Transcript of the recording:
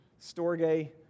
storge